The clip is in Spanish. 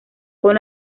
con